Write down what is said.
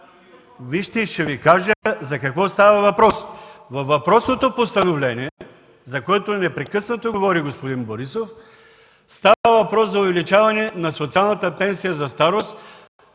Вижте и ще Ви кажа за какво става въпрос. Във въпросното постановление, за което непрекъснато говори господин Борисов, става въпрос за увеличаване на социалната пенсия за старост